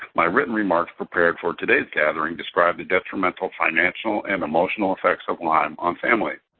my written remarks prepared for today's gathering describe the detrimental financial and emotional effects of lyme on family.